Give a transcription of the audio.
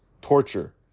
torture